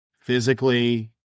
physically